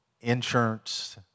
insurance